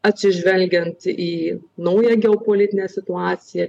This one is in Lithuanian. atsižvelgiant į naują geopolitinę situaciją